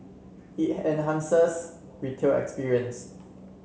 it enhances retail experience